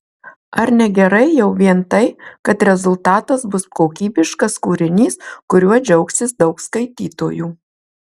ar ne gerai jau vien tai kad rezultatas bus kokybiškas kūrinys kuriuo džiaugsis daug skaitytojų